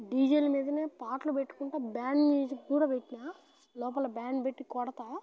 డీజేల మీద పాటలు పెట్టుకుంటు బ్యాండ్ మ్యూజిక్ కూడా పెట్టినాను లోపల బ్యాండ్ పెట్టి కొడతాను